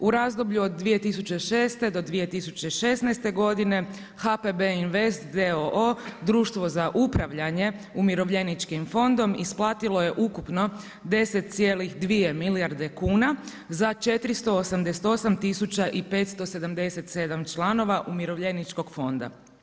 U razdoblju od 2006. do 2016. godine HPB Invest d.o.o. društvu za upravljanje umirovljeničkim fondom isplatilo je ukupno 10,2 milijarde kuna za 488 577 članova umirovljeničkog fonda.